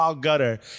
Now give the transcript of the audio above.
gutter